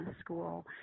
School